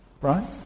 right